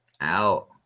out